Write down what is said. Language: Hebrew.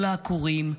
לא לעקורים,